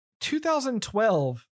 2012